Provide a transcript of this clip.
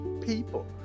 people